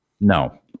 No